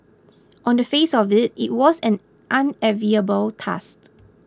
on the face of it it was an unenviable task